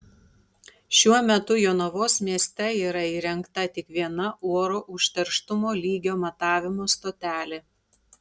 šiuo metu jonavos mieste yra įrengta tik viena oro užterštumo lygio matavimo stotelė